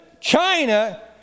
China